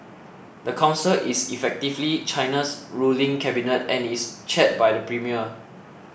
the council is effectively China's ruling cabinet and is chaired by the premier